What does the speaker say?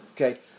Okay